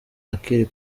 akiri